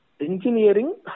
engineering